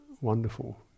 wonderful